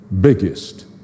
biggest